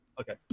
okay